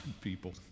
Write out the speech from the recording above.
people